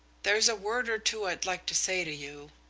there's a word or two i'd like to say to you.